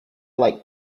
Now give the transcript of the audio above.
like